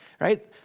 right